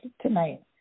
tonight